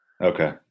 Okay